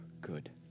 good